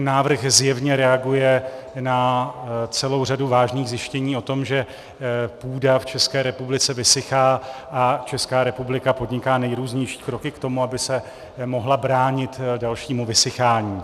Návrh zjevně reaguje na celou řadu vážných zjištění o tom, že půda v České republice vysychá, a Česká republika podniká nejrůznější kroky k tomu, aby se mohla bránit dalšímu vysychání.